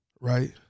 Right